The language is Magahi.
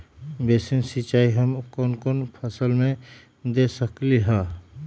बेसिन सिंचाई हम कौन कौन फसल में दे सकली हां?